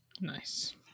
Nice